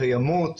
קיימות,